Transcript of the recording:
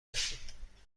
داشتیم